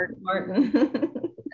Martin